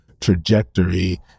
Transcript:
trajectory